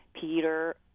Peter